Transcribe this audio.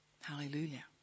Hallelujah